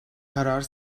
karar